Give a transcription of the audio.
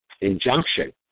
injunction